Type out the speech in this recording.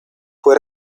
fue